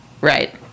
Right